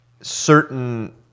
certain